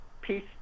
peace